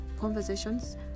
conversations